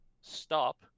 stop